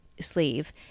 sleeve